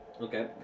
Okay